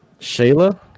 Shayla